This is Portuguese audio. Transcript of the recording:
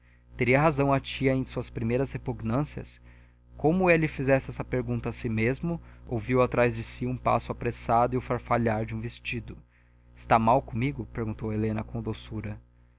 razão a tia em suas primeiras repugnâncias como ele fizesse essa pergunta a si mesmo ouviu atrás de si um passo apressado e o farfalhar de um vestido está mal comigo perguntou helena com doçura